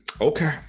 Okay